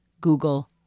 Google